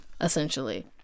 essentially